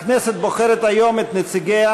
הכנסת בוחרת היום את נציגיה,